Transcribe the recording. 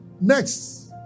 next